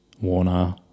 Warner